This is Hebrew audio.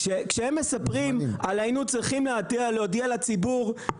כשהם מספרים על "היינו צריכים להודיע לציבור",